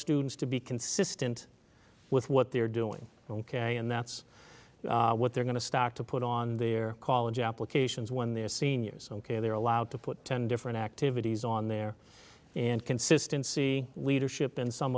students to be consistent with what they're doing ok and that's what they're going to start to put on their college applications when they're seniors ok they're allowed to put ten different activities on there and consistency leadership in some